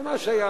מה שהיה